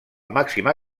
màxima